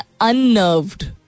unnerved